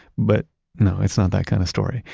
but no, it's not that kind of story.